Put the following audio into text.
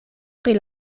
pri